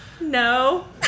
No